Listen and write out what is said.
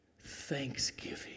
thanksgiving